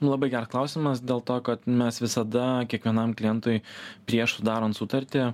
labai geras klausimas dėl to kad mes visada kiekvienam klientui prieš sudarant sutartį